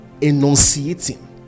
enunciating